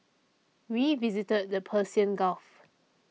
we visited the Persian Gulf